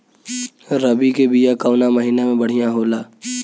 रबी के बिया कवना महीना मे बढ़ियां होला?